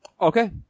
Okay